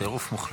טירוף מוחלט.